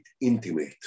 intimate